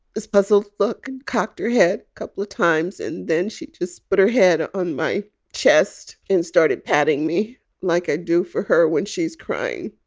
this puzzled look, cocked her head a couple of times, and then she just put her head on my chest and started patting me like i do for her when she's crying.